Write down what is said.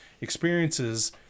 experiences